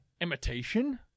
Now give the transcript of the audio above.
imitation